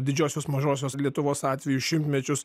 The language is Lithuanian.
didžiosios mažosios lietuvos atveju šimtmečius